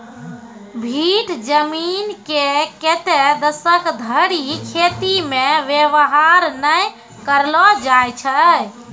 भीठ जमीन के कतै दसक धरि खेती मे वेवहार नै करलो जाय छै